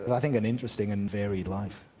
but i think an interesting and varied life.